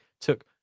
took